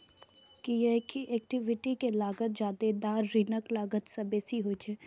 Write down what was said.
कियैकि इक्विटी के लागत जादेतर ऋणक लागत सं बेसी होइ छै